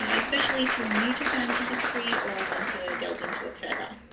ah especially if you're new to family history or want to delve into it further.